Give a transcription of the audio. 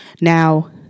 Now